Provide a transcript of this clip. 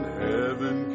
heaven